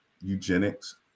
eugenics